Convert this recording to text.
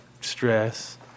stress